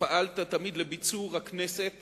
ופעלת תמיד לביצור הכנסת